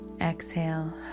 exhale